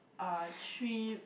uh three